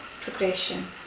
progression